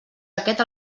aquest